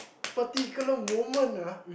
particular moment ah